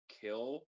kill